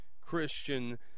Christian